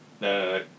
No